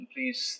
Please